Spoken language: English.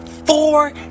Four